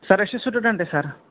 سَر أسۍ چھِ سٹوٗڈنٛٹٕے سَر